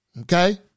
okay